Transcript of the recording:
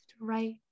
right